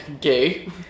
gay